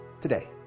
today